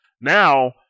Now